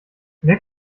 mehr